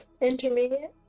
Intermediate